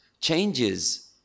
changes